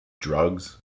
drugs